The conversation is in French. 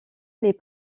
les